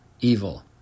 evil